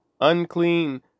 Unclean